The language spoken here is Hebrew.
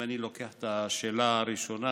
אם אני לוקח את השאלה הראשונה,